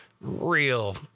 real